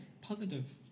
positive